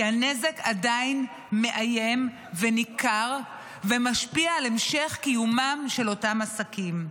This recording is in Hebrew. כי הנזק עדיין מאיים וניכר ומשפיע על המשך קיומם של אותם עסקים.